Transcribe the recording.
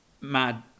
mad